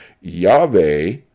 YAHWEH